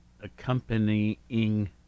accompanying